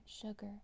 sugar